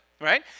right